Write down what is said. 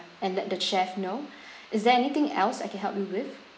and let the chef know is there anything else I can help you with